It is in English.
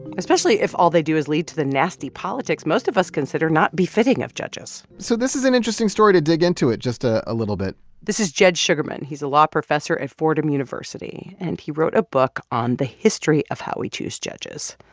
especially if all they do is lead to the nasty politics most of us consider not befitting of judges? so this is an interesting story to dig into just ah a little bit this is jed shugerman. he's a law professor at fordham university. and he wrote a book on the history of how we choose judges.